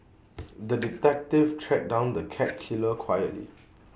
the detective tracked down the cat killer quietly